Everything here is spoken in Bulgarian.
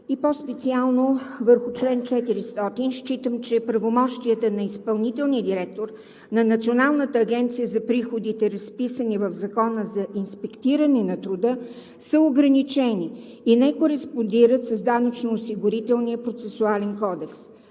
и по-специално върху чл. 400. Считам, че правомощията на изпълнителния директор на Националната агенция за приходите, разписани в Закона за инспектиране на труда, са ограничени и не кореспондират с Данъчно-осигурителния процесуален кодекс.